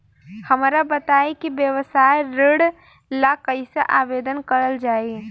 हमरा बताई कि व्यवसाय ऋण ला कइसे आवेदन करल जाई?